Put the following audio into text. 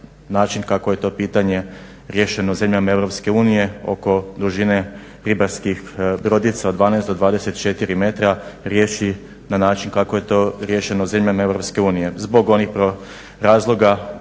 način kako je to pitanje riješeno u zemljama EU oko dužine ribarskih brodica od 12 do 24 metra riješi na način kako je to riješeno u zemljama EU zbog onih razloga